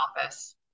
office